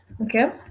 okay